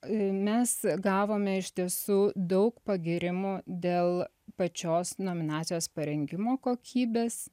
mes gavome iš tiesų daug pagyrimų dėl pačios nominacijos parengimo kokybės